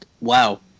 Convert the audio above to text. wow